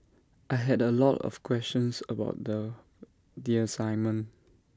I had A lot of questions about the the assignment